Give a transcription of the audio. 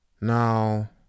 Now